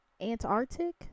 Antarctic